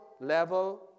level